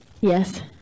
Yes